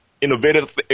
innovative